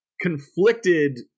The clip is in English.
conflicted